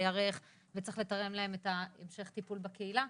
בירך וצריך לתאם להם גם את המשך הטיפול בקהילה.